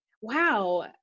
wow